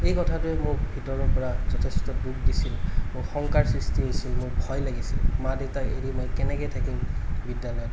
এই কথাটোৱে মোক ভিতৰৰপৰা মোক যথেষ্ট দুখ দিছিল মোৰ শংকাৰ সৃষ্টি হৈছিল মোৰ ভয় লাগিছিল মা দেউতাক এৰি মই কেনেকৈ থাকিম বিদ্য়ালয়ত